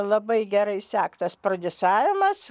labai gerai sektas prodiusavimas